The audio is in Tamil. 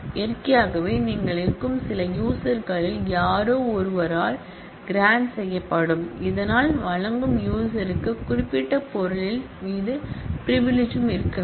இயற்கையாகவே நீங்கள் இருக்கும் சில யூசர்களில் யாரோ ஒருவரால் க்ராண்ட் செய்யப்படும் இதனால் வழங்கும் யூசருக்கு குறிப்பிட்ட பொருளின் மீது பிரிவிலிஜ்யும் இருக்க வேண்டும்